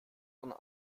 und